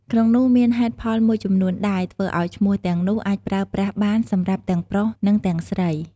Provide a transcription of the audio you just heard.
ក្នុងនោះមានហេតុផលមួយចំនួនដែលធ្វើឱ្យឈ្មោះទាំងនោះអាចប្រើប្រាស់បានសម្រាប់ទាំងប្រុស និងទាំងស្រី។